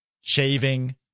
shaving